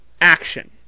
action